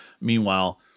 Meanwhile